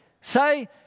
Say